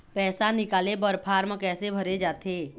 पैसा निकाले बर फार्म कैसे भरे जाथे?